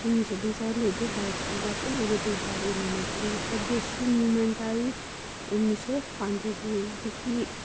ते उन्नी सौ बीह् शा लेइयै बाई तक्कर इयै दो साल एह् मूवमैंट चली ही स्वदेशी मूवमेंट आई उन्नी सौ पंज च जेह्की